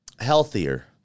healthier